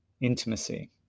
intimacy